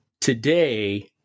today